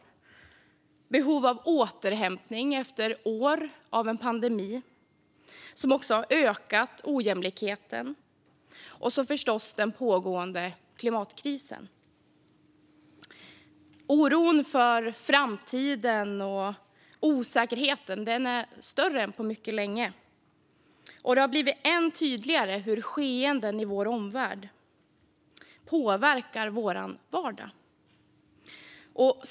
Vi har behov av återhämtning efter år av en pandemi som också ökat ojämlikheten. Vi har förstås också den pågående klimatkrisen. Oron och osäkerheten inför framtiden är större än på mycket länge, och det har blivit än tydligare hur skeenden i vår omvärld påverkar vår vardag.